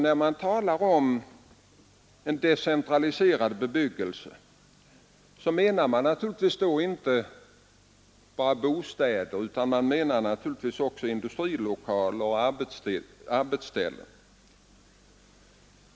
När man talar om en decentraliserad bebyggelse menar man naturligtvis inte bara bostäder utan också industrilokaler och arbetsställen.